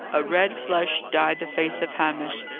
a red flush dyed the face of hamish.